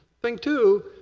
thing two,